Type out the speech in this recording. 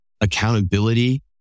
accountability